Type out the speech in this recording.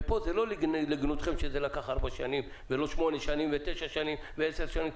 ופה זה לא לגנותכם שזה לקח ארבע שנים ולא שמונה שנים ותשע ועשר שנים,